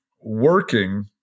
working